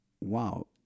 wow